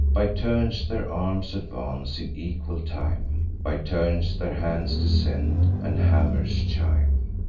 by turns their arms advance, in equal time by turns their hands descend, and hammers chime.